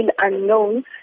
unknown